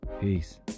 peace